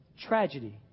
tragedy